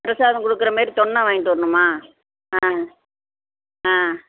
பிரசாதம் கொடுக்குற மாரி தொண்ணை வாங்கிட்டு வரணுமா ஆ ஆ